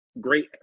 great